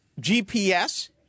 GPS